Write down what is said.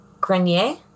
Grenier